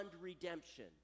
redemption